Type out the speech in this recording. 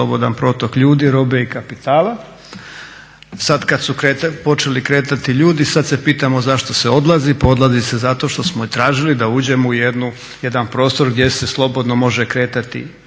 slobodan protok ljudi, robe i kapitala. Sad kad su počeli kretati ljudi sad se pitamo zašto se odlazi, pa odlazi se zato što smo tražili da uđemo u jedan prostor gdje se slobodno može kretati